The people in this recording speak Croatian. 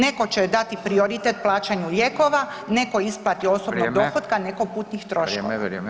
Netko će dati prioritet plaćanju lijekova, netko isplati osobnog dohotka [[Upadica: Vrijeme.]] netko putnih [[Upadica: Vrijeme, vrijeme.]] troškova.